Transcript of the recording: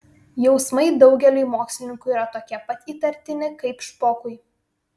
jausmai daugeliui mokslininkų yra tokie pat įtartini kaip špokui